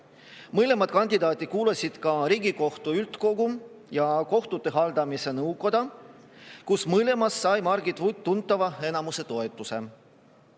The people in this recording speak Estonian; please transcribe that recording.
Mõlemat kandidaati kuulasid ka Riigikohtu üldkogu ja kohtute haldamise nõukoda, kus mõlemas sai Margit Vutt tuntava enamuse toetuse.